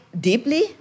deeply